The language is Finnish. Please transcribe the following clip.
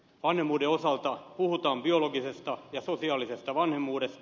vanhemmuuden osalta puhutaan biologisesta ja sosiaalisesta vanhemmuudesta